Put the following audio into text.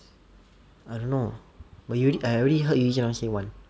I don't know you I already heard you just now say one